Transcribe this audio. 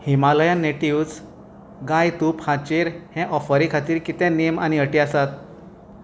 Himalayan natives गाय तूप हाचेर हे ऑफरी खातीर कितें नेम आनी अटी आसात